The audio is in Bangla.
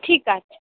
ঠিক আছে